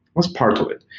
what's part of it?